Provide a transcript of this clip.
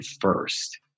first